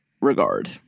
regard